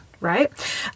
right